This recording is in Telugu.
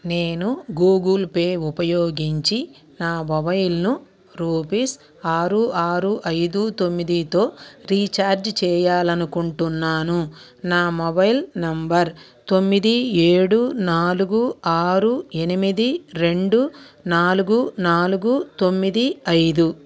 నేను గూగుల్ పే ఉపయోగించి నా మొబైల్ను రూపీస్ ఆరు ఆరు ఐదు తొమ్మిదితో రీఛార్జ్ చెయ్యాలనుకుంటున్నాను నా మొబైల్ నంబర్ తొమ్మిది ఏడు నాలుగు ఆరు ఎనిమిది రెండు నాలుగు నాలుగు తొమ్మిది ఐదు